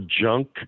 junk